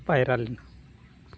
ᱯᱟᱭᱨᱟ ᱞᱮᱱᱟ